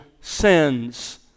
sins